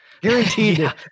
Guaranteed